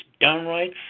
downright